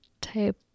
type